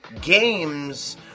games